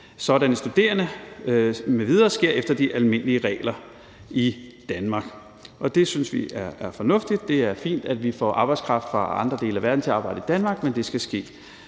sådanne studerende m.v. sker efter de almindelige regler i Danmark, og det synes vi er fornuftigt. Det er fint, at vi får arbejdskraft fra andre dele af verden til at arbejde i Danmark, men det skal ske